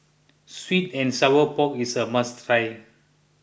Sweet and Sour Pork is a must try